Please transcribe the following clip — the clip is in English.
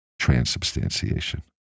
transubstantiation